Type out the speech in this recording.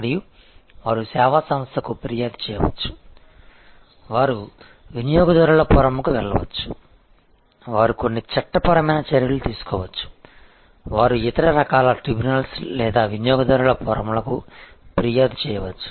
మరియు వారు సేవా సంస్థకు ఫిర్యాదు చేయవచ్చు వారు వినియోగదారుల ఫోరమ్కు వెళ్లవచ్చు వారు కొన్ని చట్టపరమైన చర్యలు తీసుకోవచ్చు వారు ఇతర రకాల ట్రిబ్యునల్స్ లేదా వినియోగదారుల ఫోరమ్లకు ఫిర్యాదు చేయవచ్చు